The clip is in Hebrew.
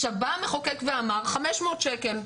עכשיו, בא המחוקק ואמר, 500 שקלים.